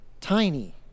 tiny